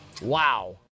Wow